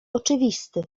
oczywisty